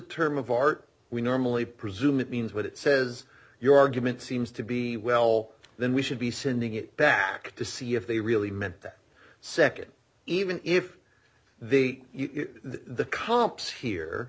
term of art we normally presume it means what it says your argument seems to be well then we should be sending it back to see if they really meant that nd even if the the comps here